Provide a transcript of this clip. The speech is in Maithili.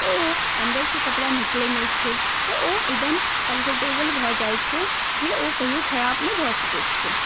तऽ ओ अन्दर से कपड़ा निकलै नहि छै तऽ ओ एकदम कम्फर्टेबल भऽ जाइ छै जे ओ कहियो खराब नै भऽ सकैत छै